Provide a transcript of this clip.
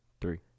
three